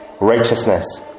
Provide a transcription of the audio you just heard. Righteousness